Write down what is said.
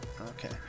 Okay